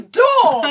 door